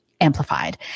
amplified